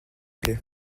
plait